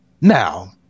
Now